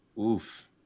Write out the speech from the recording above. Oof